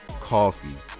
coffee